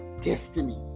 destiny